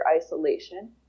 isolation